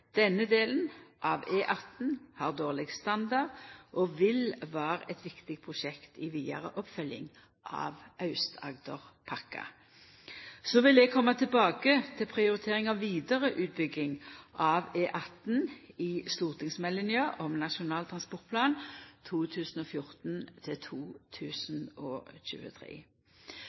Denne delen av E18 har dårleg standard og vil vera eit viktig prosjekt i vidare oppfølging av Aust-Agderpakka. Så vil eg koma tilbake til prioritering av vidare utbygging av E18 i stortingsmeldinga om Nasjonal transportplan